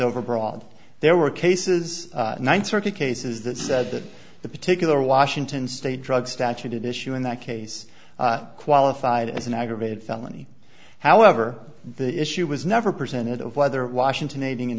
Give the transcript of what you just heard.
overbroad there were cases ninth circuit cases that said that the particular washington state drug statute did issue in that case qualified as an aggravated felony however the issue was never presented of whether washington aiding and